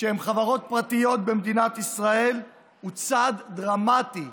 שהם חברות פרטיות במדינת ישראל הוא צעד דרמטי,